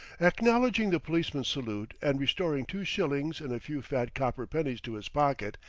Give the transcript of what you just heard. acknowledging the policeman's salute and restoring two shillings and a few fat copper pennies to his pocket,